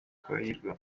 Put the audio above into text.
twahirwa